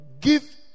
Give